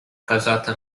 casata